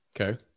Okay